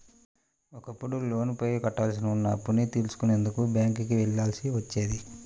ఒకప్పుడు లోనుపైన కట్టాల్సి ఉన్న అప్పుని తెలుసుకునేందుకు బ్యేంకుకి వెళ్ళాల్సి వచ్చేది